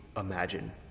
imagine